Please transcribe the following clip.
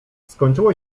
skończyło